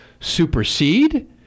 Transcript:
supersede